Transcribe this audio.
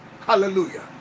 Hallelujah